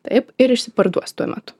taip ir išsiparduos tuo metu